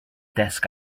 desk